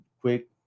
quick